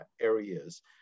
areas